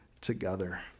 together